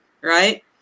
Right